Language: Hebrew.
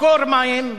מקור מים,